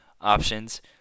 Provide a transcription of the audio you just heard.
options